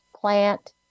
plant